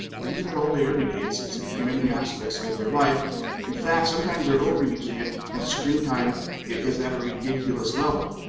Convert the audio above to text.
they're using it all day every day. it sits in many aspects of their life in fact sometimes they're over using it. screen time is at a ridiculous level.